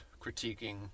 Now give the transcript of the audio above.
critiquing